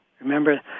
Remember